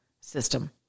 system